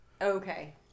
Okay